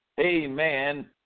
amen